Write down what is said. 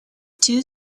two